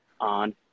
on